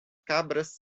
cabras